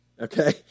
okay